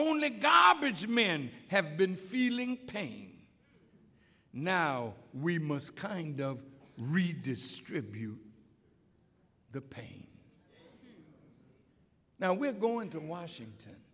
bridge men have been feeling pain now we must kind of redistribute the pain now we're going to washington